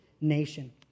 nation